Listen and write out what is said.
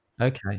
okay